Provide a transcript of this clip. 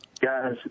guys